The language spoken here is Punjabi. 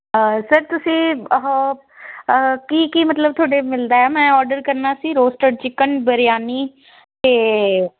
ਸਰ ਤੁਸੀਂ ਉਹ ਕੀ ਕੀ ਮਤਲਬ ਤੁਹਾਡੇ ਮਿਲਦਾ ਹੈ ਮੈਂ ਓਡਰ ਕਰਨਾ ਸੀ ਰੋਸਟਡ ਚਿਕਨ ਬਰਿਆਨੀ ਅਤੇ